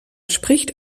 spricht